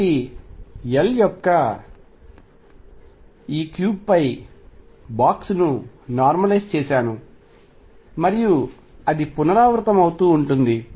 కాబట్టి పరిమాణం L యొక్క ఈ క్యూబ్పై బాక్స్ ను నార్మలైజ్ చేశాను మరియు అది పునరావృతమవుతూ ఉంటుంది